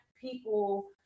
people